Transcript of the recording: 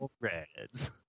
reds